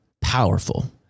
powerful